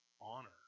honor